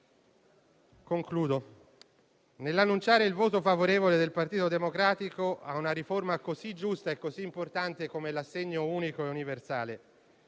Nell'annunciare il voto favorevole del Partito Democratico a una riforma così giusta e così importante come l'assegno unico e universale